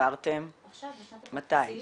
העברתם -- עכשיו בשנת התקציב -- מתי?